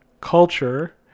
culture